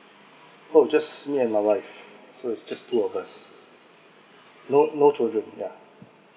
oh just me and my wife so it is just two of us no no children yeah